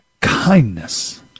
kindness